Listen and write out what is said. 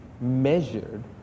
measured